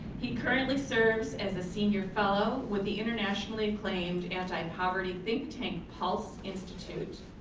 he currently serves as a senior fellow, with the internationally acclaimed anti-poverty think tank pulse institute.